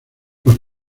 los